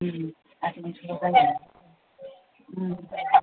उम आठ नय बिगा उम